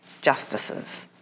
justices